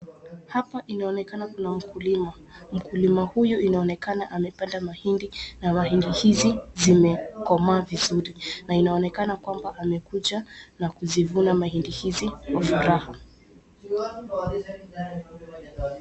Hapa inaonekana kuna mkulima mkulima huyu inaonekana amepanda mahindi na mahindi hizi zimekomaa vizuri na inaonekana kwamba amekuja na kuzivuna mahindi hizi kwa furaha.